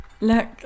Look